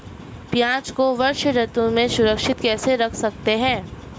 प्याज़ को वर्षा ऋतु में सुरक्षित कैसे रख सकते हैं?